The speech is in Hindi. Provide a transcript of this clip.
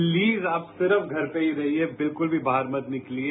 प्लीज आप सिर्फ घर पे ही रहिए बिल्कुल भी बाहर मत निकलिए